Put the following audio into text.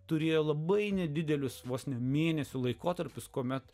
turėjo labai nedidelius vos ne mėnesių laikotarpius kuomet